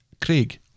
Craig